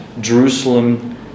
Jerusalem